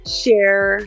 share